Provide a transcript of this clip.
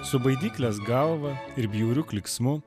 su baidyklės galva ir bjauriu klyksmu